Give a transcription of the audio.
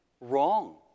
wrong